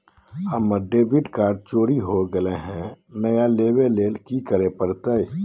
हमर debit card चोरी हो गेले हई, नया लेवे ल की करे पड़तई?